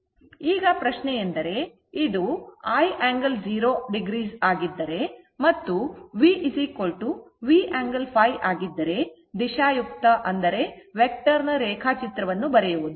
ಈಗ ಪ್ರಶ್ನೆಯೆಂದರೆ ಇದು I angle 0 o ಆಗಿದ್ದರೆ ಮತ್ತು v V angle ϕ ಆಗಿದ್ದರೆ ದಿಶಾಯುಕ್ತ ರೇಖಾಚಿತ್ರವನ್ನು ಬರೆಯುವದು